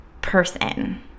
person